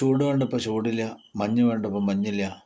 ചൂടു വേണ്ടപ്പോൾ ചൂടില്ല മഞ്ഞ് വേണ്ടപ്പോൾ മഞ്ഞില്ല